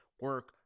Work